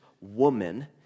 woman